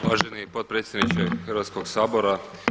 Uvaženi potpredsjedniče Hrvatskog sabora.